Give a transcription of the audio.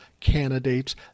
candidates